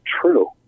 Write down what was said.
true